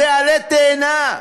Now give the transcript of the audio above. זה עלה תאנה,